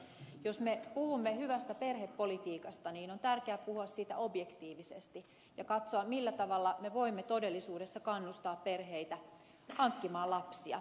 jos me puhumme hyvästä perhepolitiikasta niin on tärkeää puhua siitä objektiivisesti ja katsoa millä tavalla me voimme todellisuudessa kannustaa perheitä hankkimaan lapsia